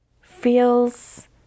feels